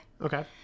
okay